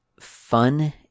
fun